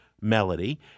melody